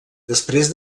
després